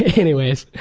anyways,